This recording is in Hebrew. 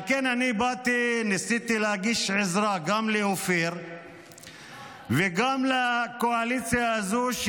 על כן באתי וניסיתי להגיש עזרה גם לאופיר וגם לקואליציה הזאת,